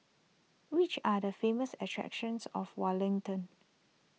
which are the famous attractions of Wellington